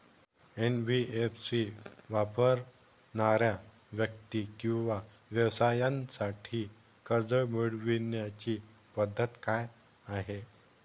NBFC वापरणाऱ्या व्यक्ती किंवा व्यवसायांसाठी कर्ज मिळविण्याची पद्धत काय आहे?